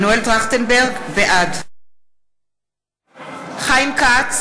טרכטנברג, בעד חיים כץ,